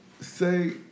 Say